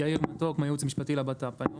הייעוץ המשפטי במשרד לביטחון פנים.